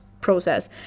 process